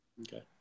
Okay